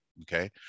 Okay